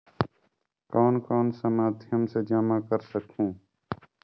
कौन कौन सा माध्यम से जमा कर सखहू?